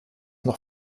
noch